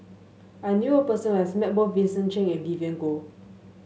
I knew a person who has met both Vincent Cheng and Vivien Goh